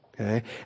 okay